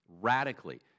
Radically